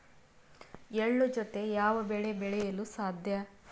ಎಳ್ಳು ಜೂತೆ ಯಾವ ಬೆಳೆ ಬೆಳೆಯಲು ಸಾಧ್ಯ?